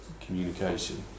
communication